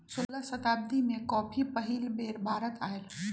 सोलह शताब्दी में कॉफी पहिल बेर भारत आलय